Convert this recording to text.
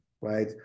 right